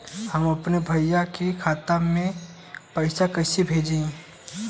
हम अपने भईया के खाता में पैसा कईसे भेजी?